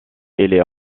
est